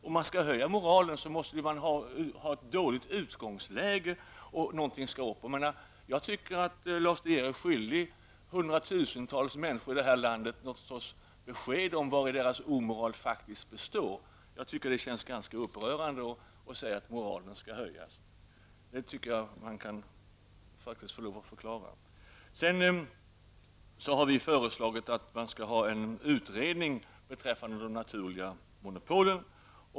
Om man skall höja moralen måste man ju ha ett dåligt utgångsläge. Jag menar att Lars De Geer är skyldig hundratusentals människor i det här landet någon sorts besked om vari deras omoral består. Det känns ganska upprörande att säga att moralen skall höjas. Det får han faktiskt lov att förklara. Sedan har vi föreslagit att man skall ha en utredning beträffande de naturliga monopolen.